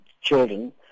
children